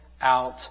out